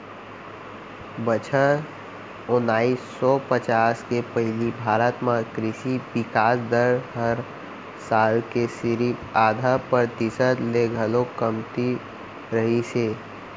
बछर ओनाइस सौ पचास के पहिली भारत म कृसि बिकास दर हर साल के सिरिफ आधा परतिसत ले घलौ कमती रहिस हे